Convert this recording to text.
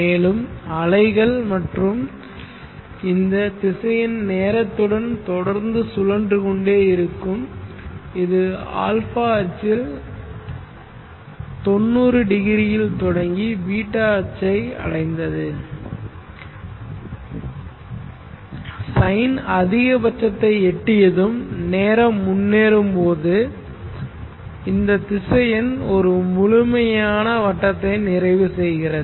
மேலும் அலைகள் மற்றும் இந்த திசையன் நேரத்துடன் தொடர்ந்து சுழன்று கொண்டே இருக்கும் இது α அச்சில் 90 டிகிரி இல் தொடங்கி β அச்சை அடைந்தது சைன் அதிகபட்சத்தை எட்டியதும் நேரம் முன்னேறும்போது இந்த திசையன் ஒரு முழுமையான வட்டத்தை நிறைவு செய்கிறது